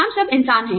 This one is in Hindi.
हम सब इंसान हैं